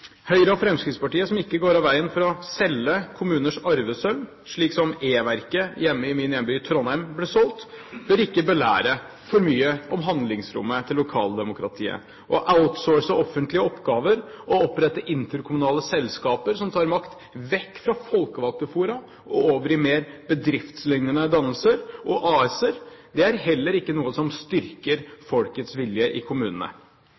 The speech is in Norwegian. Høyre og Fremskrittspartiet, som ikke går av veien for å selge kommuners arvesølv – slik som da e-verket hjemme i min hjemby, Trondheim, ble solgt – bør ikke belære for mye om handlingsrommet til lokaldemokratiet. Å outsource offentlige oppgaver og opprette interkommunale selskaper som tar makt vekk fra folkevalgte fora og over til mer bedriftslignende dannelser og AS-er, er heller ikke noe som styrker folkets vilje i kommunene.